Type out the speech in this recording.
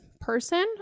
person